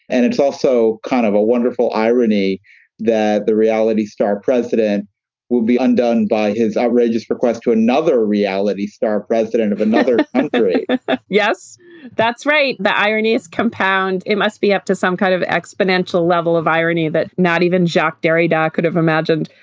and it's also kind of a wonderful irony that the reality star president will be undone by his outrageous request to another reality star president of another country yes that's right. the irony is compound it must be up to some kind of exponential level of irony that not even jacques derrida could have imagined.